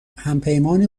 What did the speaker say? همپیمانی